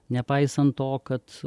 nepaisant to kad